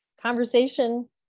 conversation